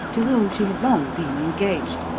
to whom she had long been engaged,